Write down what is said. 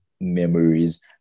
memories